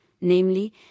namely